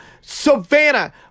Savannah